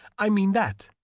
i mean that.